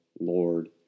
lord